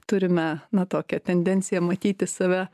turime na tokią tendenciją matyti save